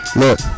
look